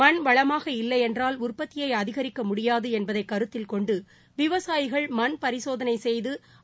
மண் வளமாக இல்லையென்றால் உற்பத்தியை அதிகரிக்க முடியாது என்பதை கருத்தில் கொண்டு விவசாயிகள் மண்பரிசோதனை செய்து கொண்டு